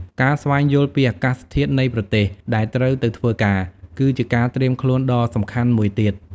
ការស្វែងយល់ពីអាកាសធាតុនៃប្រទេសដែលត្រូវទៅធ្វើការ គឺជាការត្រៀមខ្លួនដ៏សំខាន់មួយទៀត។